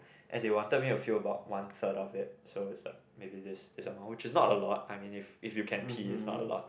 and they wanted me to fill about one third of it so is like maybe this amount which is not a lot I mean if if you can pee is not a lot